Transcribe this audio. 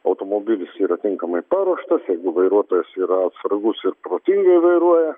automobilis yra tinkamai paruoštas jeigu vairuotojas yra atsargus ir protingai vairuoja